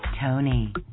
Tony